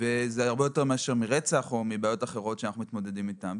וזה הרבה יותר מאשר רצח או בעיות אחרות שאנחנו מתמודדים איתן.